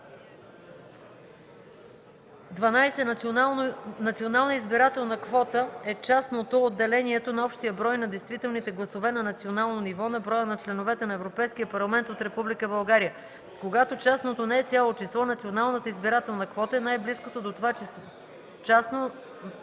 12. „Национална избирателна квота” е частното от делението на общия брой на действителните гласове на национално ниво на броя на членовете на Европейския парламент от Република България. Когато частното не е цяло число, националната избирателна квота е най-близкото до това частно